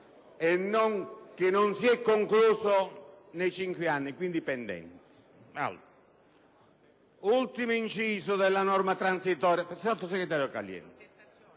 che non si è concluso nei cinque anni, quindi pendente. Si tratta dell'ultimo inciso della norma transitoria,